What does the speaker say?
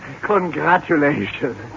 Congratulations